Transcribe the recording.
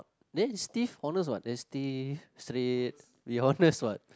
there stiff honest what then stiff straight be honest what